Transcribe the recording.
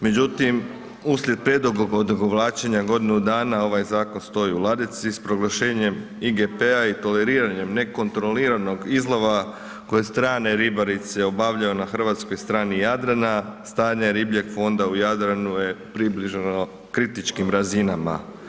Međutim uslijed predugog odugovlačenja godinu dana ovaj zakon stoji u ladici, s proglašenjem IGP-a i toleriranjem nekontroliranog izlova koje strane ribarice obavljaju na hrvatskoj strani Jadrana, stanje ribljeg fonda u Jadranu je približno kritičkim razinama.